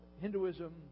Hinduism